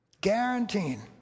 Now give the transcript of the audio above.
Guaranteeing